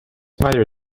mother